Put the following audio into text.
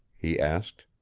he asked.